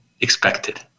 expected